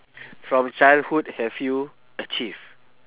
from childhood have you achieve